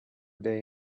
they